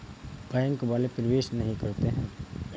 Bank वाले प्रवेश नहीं करते हैं?